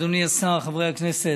אדוני השר, חברי הכנסת,